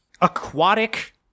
aquatic